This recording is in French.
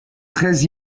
très